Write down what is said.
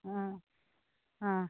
অ অ